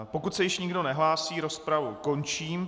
Pokud se již nikdo nehlásí, rozpravu končím.